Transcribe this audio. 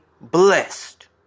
blessed